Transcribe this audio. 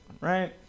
right